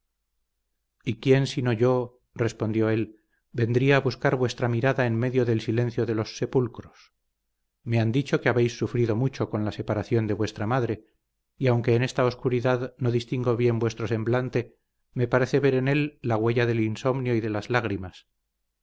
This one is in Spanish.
y quién sino yo respondió él vendría a buscar vuestra mirada en medio del silencio de los sepulcros me han dicho que habéis sufrido mucho con la separación de vuestra madre y aunque en esta oscuridad no distingo bien vuestro semblante me parece ver en él la huella del insomnio y de las lágrimas